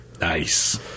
nice